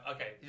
Okay